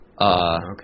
Okay